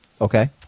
Okay